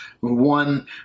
one